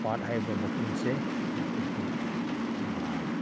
ꯄꯥꯠ ꯍꯥꯏꯕ ꯃꯐꯝꯁꯦ ꯑꯩꯈꯣꯏꯒꯤ